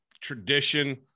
tradition